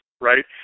right